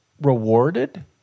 rewarded